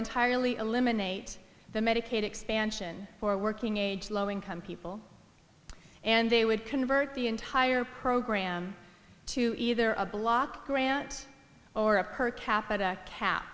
entirely eliminate the medicaid expansion for working age low income people and they would convert the entire program to either a block grant or a per capita cap